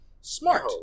smart